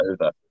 over